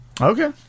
Okay